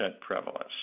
prevalence